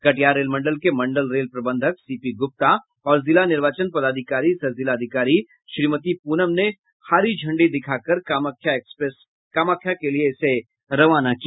कटिहार रेलमंडल के मंडल रेल प्रबंधक सीपी ग्रप्ता और जिला निर्वाचन पदाधिकारी सह जिलाधिकारी श्रीमति प्रनम ने हरी झंडी दिखाकर कामाख्या के लिये रवाना किया